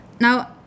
Now